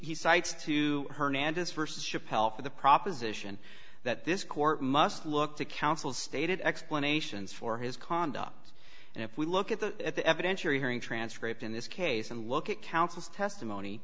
he cites to hernandez versus schapelle for the proposition that this court must look to counsel stated explanations for his conduct and if we look at the at the evidentiary hearing transcript in this case and look at counsel's testimony